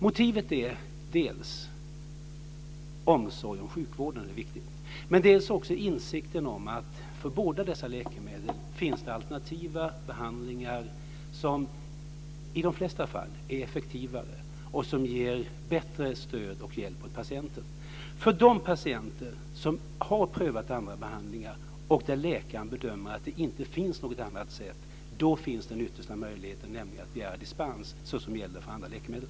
Motivet är dels omsorg om sjukvården - detta är viktigt - dels insikten om att det för båda dessa läkemedel finns alternativa behandlingar som i de flesta fall är effektivare och som ger bättre stöd och hjälp åt patienten. För de patienter som har prövat andra behandlingar och för vilka läkaren bedömer att det inte finns något annat sätt finns den yttersta möjligheten, nämligen att begära dispens - precis som gäller för andra läkemedel.